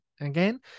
again